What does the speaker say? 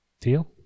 Deal